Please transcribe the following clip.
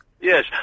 Yes